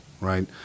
right